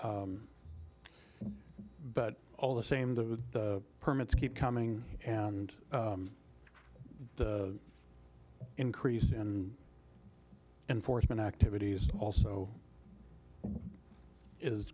but all the same the permits keep coming and the increase in enforcement activities also is